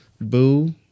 boo